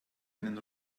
einen